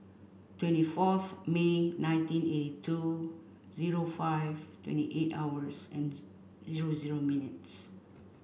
twenty fourth May nineteen eighty two zero five twenty eight hours and zero zero minutes